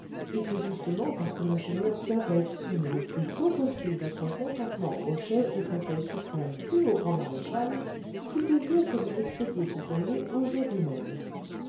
et c'est justement parce que monseigneur tient à exprimer le plus tôt possible son contentement au chef du conseil suprême et au grand maréchal qu'il désire que vous expédiez ce courrier aujourd'hui même